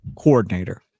coordinator